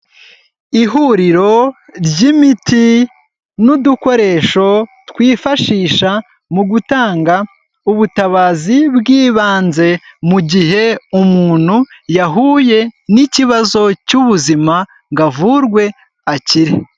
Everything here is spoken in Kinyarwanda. Ihuriro ry'imiti n'udukoresho twifashisha mu gutanga ubutabazi bw'ibanze, mu gihe umuntu yahuye n'ikibazo cy'ubuzima ngo avurwe akire.